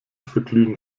verglühen